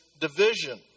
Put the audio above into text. division